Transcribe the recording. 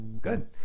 Good